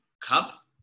cup